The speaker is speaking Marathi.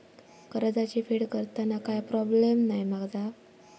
कर्जाची फेड करताना काय प्रोब्लेम नाय मा जा?